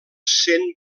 cent